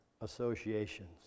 associations